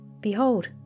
Behold